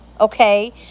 okay